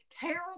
terrible